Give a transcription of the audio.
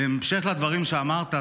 בהמשך לדברים שאמרת,